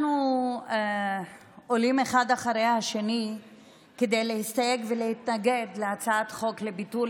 אנחנו עולים אחד אחרי השני כדי להסתייג ולהתנגד להצעת חוק לביטול